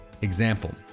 example